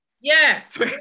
Yes